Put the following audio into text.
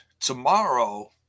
tomorrow